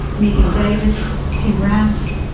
megan davis, tim rowse,